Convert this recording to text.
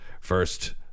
First